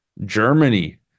Germany